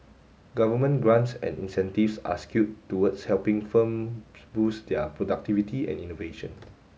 government grants and incentives are skewed towards helping firm boost their productivity and innovation